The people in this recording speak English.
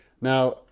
Now